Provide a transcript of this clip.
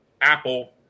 Apple